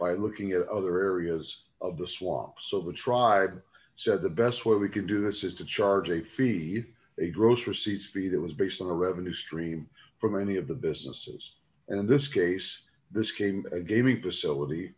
by looking at other areas of the swamp so the tribe said the best way we can do this is to charge a fee a gross receipts feed it was based on a revenue stream from any of the businesses and this case this came a gaming facility